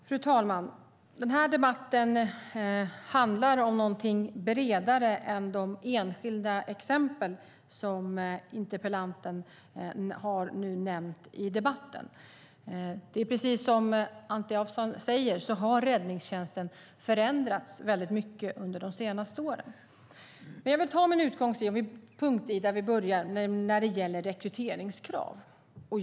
Fru talman! Den här debatten handlar om någonting bredare än de enskilda exempel som interpellanten nu har nämnt i debatten. Precis som Anti Avsan säger har räddningstjänsten förändrats väldigt mycket under de senaste åren. Jag vill ta min utgångspunkt i rekryteringskraven.